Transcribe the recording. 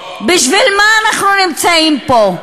בשביל מה אנחנו נמצאים פה?